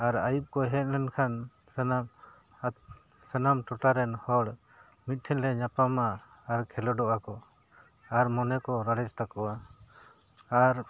ᱟᱨ ᱟᱹᱭᱩᱵ ᱠᱚ ᱦᱮᱡ ᱞᱮᱱ ᱠᱷᱟᱱ ᱥᱟᱱᱟᱢ ᱥᱟᱱᱟᱢ ᱴᱚᱴᱷᱟ ᱨᱮᱱ ᱦᱚᱲ ᱢᱤᱫ ᱴᱷᱮᱱ ᱞᱮ ᱧᱟᱯᱟᱢᱟ ᱟᱨ ᱠᱷᱮᱞᱳᱸᱰᱚᱜ ᱟᱠᱚ ᱟᱨ ᱢᱚᱱᱮ ᱠᱚ ᱨᱟᱲᱮᱡᱽ ᱛᱟᱠᱚᱣᱟ ᱟᱨ